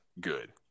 Good